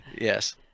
Yes